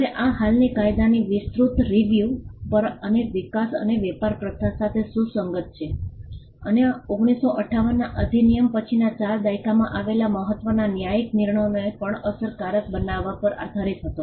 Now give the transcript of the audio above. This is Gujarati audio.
હવે આ હાલના કાયદાની વિસ્તૃત રીવ્યુreviewસમીક્ષા પર અને વિકાસ અને વેપાર પ્રથા સાથે સુસંગત છે અને 1958 ના અધિનિયમ પછીના 4 દાયકામાં આવેલા મહત્વના ન્યાયિક નિર્ણયોને પણ અસરકારક બનાવવા પર આધારિત હતો